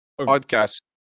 Podcast